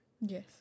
Yes